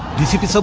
dcp so